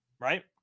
right